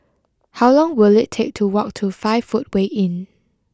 how long will it take to walk to five footway Inn